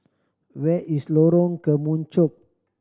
where is Lorong Kemunchup